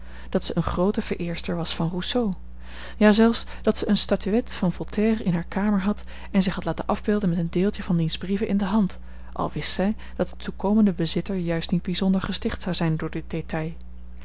dat zij eene groote vereerster was van rousseau ja zelfs dat zij eene statuette van voltaire in hare kamer had en zich had laten afbeelden met een deeltje van diens brieven in de hand al wist zij dat de toekomende bezitter juist niet bijzonder gesticht zou zijn door dit détail